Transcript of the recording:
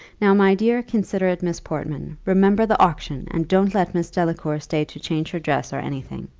now, my dear, considerate miss portman, remember the auction, and don't let miss delacour stay to change her dress or any thing.